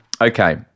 Okay